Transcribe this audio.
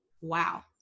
Wow